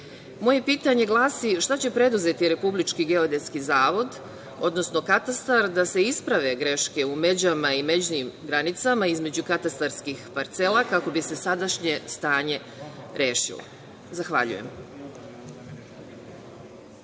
pitanje glasi – šta će preduzeti Republički geodetski zavod, odnosno katastar, da se isprave greške u međama i međnim granicama između katastarskih parcela kako bi se sadašnje stanje rešilo? Zahvaljujem.